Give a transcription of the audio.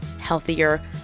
healthier